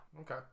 Okay